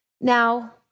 Now